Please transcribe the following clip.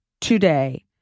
today